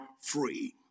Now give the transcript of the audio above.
free